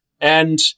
And-